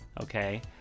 okay